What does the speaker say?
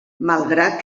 malgrat